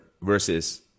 versus